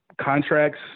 contracts